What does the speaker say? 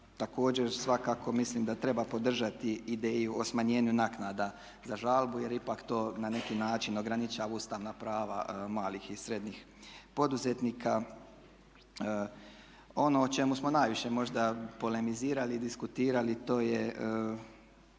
Također, svakako mislim da treba podržati ideju o smanjenju naknada za žalbu jer ipak to na neki način ograničava ustavna prava malih i srednjih poduzetnika. Ono o čemu smo najviše možda polemizirali, diskutirali to je